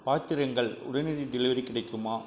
பாத்திரங்கள் உடனடி டெலிவரி கிடைக்குமா